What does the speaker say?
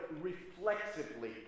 reflexively